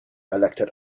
elected